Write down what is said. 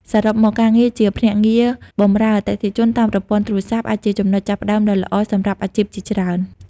សរុបមក ការងារជាភ្នាក់ងារបម្រើអតិថិជនតាមប្រព័ន្ធទូរស័ព្ទ អាចជាចំណុចចាប់ផ្ដើមដ៏ល្អសម្រាប់អាជីពជាច្រើន។